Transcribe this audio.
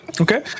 Okay